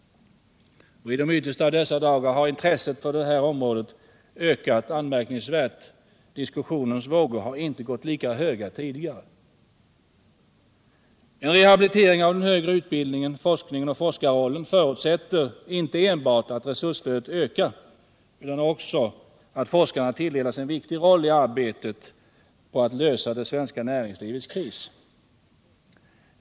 I de yttersta av dessa dagar har intresset för det här området ökat påtagligt, inte minst från socialdemokraterna. Diskussionens vågor har inte gått lika höga tidigare. Uppvaknandet är intressant. En rehabilitering av den högre utbildningen, forskningen och forskarrollen förutsätter inte enbart att resursflödet ökar utan också att forskarna tilldelas en viktig roll i arbetet på att klara det svenska näringslivets kris.